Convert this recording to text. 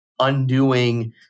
undoing